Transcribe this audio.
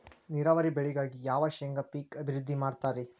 ನೇರಾವರಿ ಬೆಳೆಗಾಗಿ ಯಾವ ಶೇಂಗಾ ಪೇಕ್ ಅಭಿವೃದ್ಧಿ ಮಾಡತಾರ ರಿ?